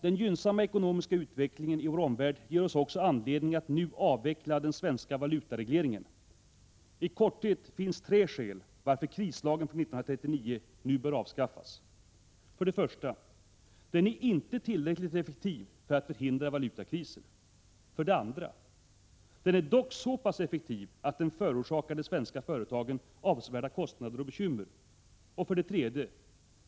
Den gynnsamma ekonomiska utvecklingen i vår omvärld ger oss också anledning att nu avveckla den svenska valutaregleringen. I korthet finns det tre skäl till att krislagen från 1939 nu bör avskaffas: 1. Den är inte tillräckligt effektiv för att förhindra valutakriser. 2. Den är dock så pass effektiv att den förorsakar de svenska företagen avsevärda kostnader och bekymmer. 3.